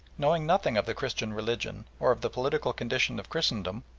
knowing nothing of the christian religion or of the political condition of christendom,